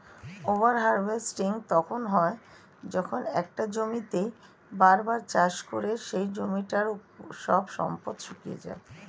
over harvesting তখন হয় যখন একটা জমিতেই বার বার চাষ করে সেই জমিটার সব সম্পদ শুষিয়ে যায়